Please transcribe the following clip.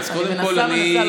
לא עשיתי מעולם.